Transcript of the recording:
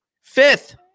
Fifth